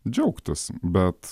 džiaugtis bet